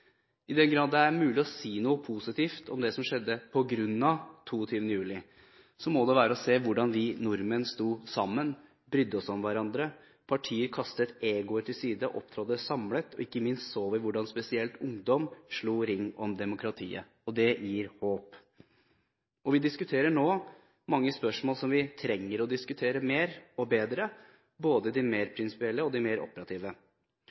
i Justisdepartementet. I den grad det er mulig å si noe positivt om det som skjedde på grunn av 22. juli, må det være å se hvordan vi nordmenn sto sammen og brydde oss om hverandre. Partier kastet egoet til side og opptrådte samlet, og ikke minst så vi hvordan spesielt ungdom slo ring om demokratiet. Det gir håp. Vi diskuterer nå mange spørsmål som vi trenger å diskutere mer og bedre, både de mer prinsipielle og de mer operative.